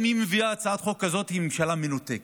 אם היא מביאה הצעת חוק כזו היא ממשלה מנותקת.